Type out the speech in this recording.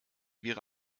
wäre